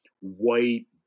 white